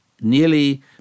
nearly